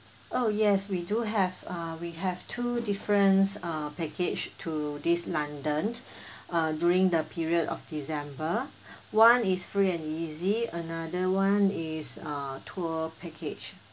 oh yes we do have uh we have two difference uh package to this london uh during the period of december one is free and easy another one is a tour package